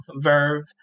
Verve